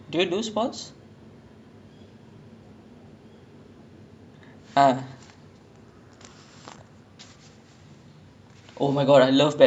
oh ya that's the thing that's the interesting thing for me also because when I was young my dad used to bring me to play badminton a lot lah so like I was really